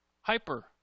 Hyper